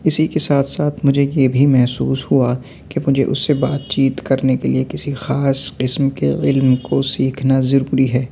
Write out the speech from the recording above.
اسی کے ساتھ ساتھ مجھے یہ بھی محسوس ہوا کہ مجھے اس سے بات چیت کرنے کے لیے کسی خاص قسم کے علم کو سیکھنا ضروری ہے